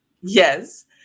Yes